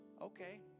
Okay